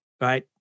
right